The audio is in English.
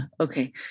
Okay